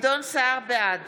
בעד